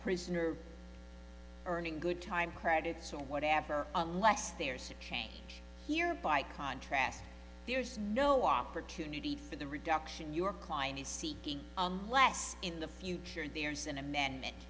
prisoner earning good time credits or whatever unless there's a change here by contrast there's no opportunity for the reduction your client is seeking unless in the future there's an amendment